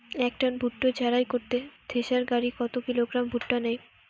এক টন ভুট্টা ঝাড়াই করতে থেসার গাড়ী কত কিলোগ্রাম ভুট্টা নেয়?